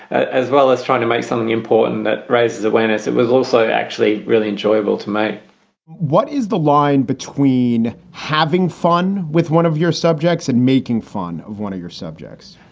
as well as trying to make something important that raises awareness. it was also actually really enjoyable to me what is the line between having fun with one of your subjects and making fun of one of your subjects,